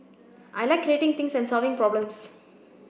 I like creating things and solving problems